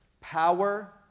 power